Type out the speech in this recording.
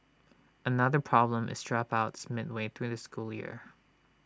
another problem is dropouts midway through the school year